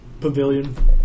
pavilion